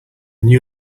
new